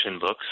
books